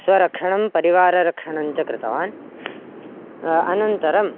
स्वरक्षणं परिवाररक्षणञ्च कृतवान् अनन्तरं